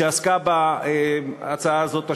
שעסקה בהצעה הזאת השבוע.